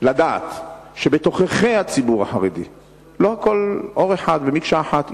לדעת שבתוככי הציבור החרדי לא הכול מעור אחד ומקשה אחת,